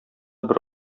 бер